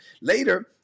Later